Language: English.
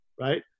right